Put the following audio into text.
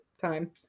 time